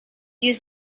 use